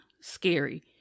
scary